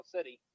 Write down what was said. City